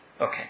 okay